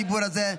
הדיבור הזה.